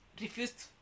refused